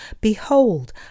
Behold